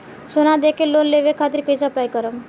सोना देके लोन लेवे खातिर कैसे अप्लाई करम?